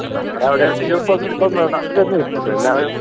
നമ്മുടെ അവിടെയൊന്നും യൂത്ത് ഒന്നും ഇപ്പം നാട്ടിലൊന്നും ഇല്ലല്ലോ എല്ലാവരും